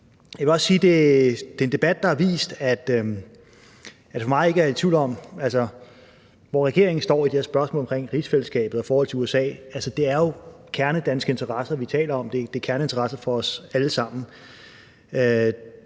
det er en debat, der har gjort det klart, at der ikke er tvivl om, hvor regeringen står i det her spørgsmål omkring rigsfællesskabet og forholdet til USA, nemlig at det er kernedanske interesser, vi taler om. Det er kerneinteresser for os alle sammen.